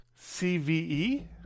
CVE